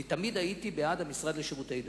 תמיד הייתי בעד המשרד לשירותי דת.